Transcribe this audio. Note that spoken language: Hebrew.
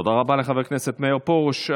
תודה רבה לחבר הכנסת מאיר פרוש.